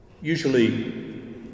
Usually